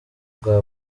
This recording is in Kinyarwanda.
bwa